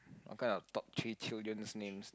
what kind of top three children's names